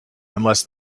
unless